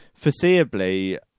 foreseeably